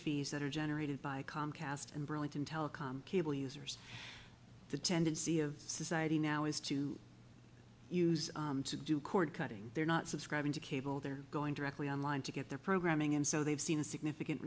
fees that are generated by comcast and burlington telecom cable users the tendency of society now is to use to do cord cutting they're not subscribing to cable they're going directly on line to get their programming and so they've seen a significant